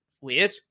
Weird